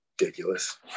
ridiculous